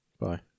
bye